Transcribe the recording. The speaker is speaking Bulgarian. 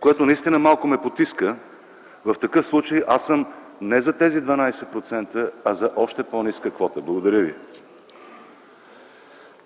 което наистина малко ме потиска, в такъв случай аз съм не за тези 12%, а за още по-ниска квота. Благодаря ви.